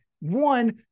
one